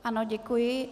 Ano, děkuji.